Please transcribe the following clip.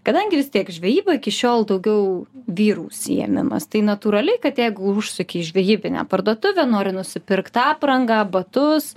kadangi vis tiek žvejyba iki šiol daugiau vyrų užsiėmimas tai natūraliai kad jeigu užsuki į žvejybinę parduotuvę nori nusipirkt aprangą batus